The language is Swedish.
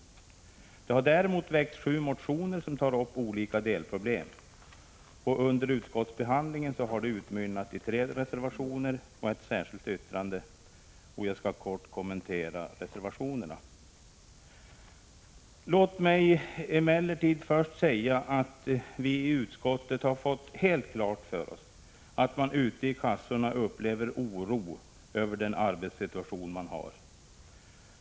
Däremot har det väckts sju motioner som tar upp olika delproblem. Under utskottsbehandlingen har de utmynnat i tre reservationer och ett särskilt yttrande, och jag skall kort kommentera reservationerna. Låt mig emellertid först säga att vi i utskottet har fått helt klart för oss att man ute i kassorna upplever oro över sin arbetssituation.